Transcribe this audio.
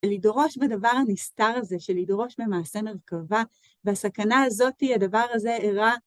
לדורש בדבר הנסתר הזה, של לדורש במעשה מרכבה, בסכנה הזאתי הדבר הזה אירע.